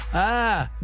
ah,